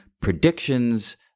predictions